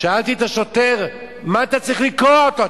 שאלתי את השוטר: מה אתה צריך לקרוע אותו?